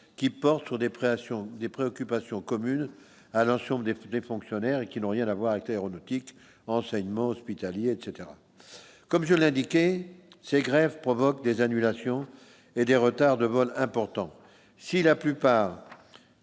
des pressions des préoccupations communes à l'ensemble des flux, les fonctionnaires et qui n'ont rien avoir été aéronautique enseignement hospitalier, etc, comme je l'indiquais c'est grève provoque des annulations et des retards de vols importants si la plupart.